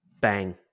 Bang